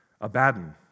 Abaddon